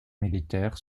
militaire